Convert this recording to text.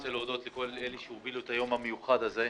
רוצה להודות לכל מי שהוביל את היום המיוחד הזה.